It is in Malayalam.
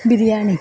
ബിരിയാണി